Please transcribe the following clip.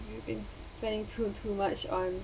you been spending too too much on